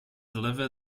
deliver